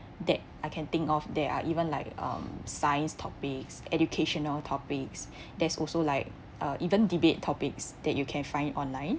that I can think of there are even like um science topics educational topics there's also like uh even debate topics that you can find online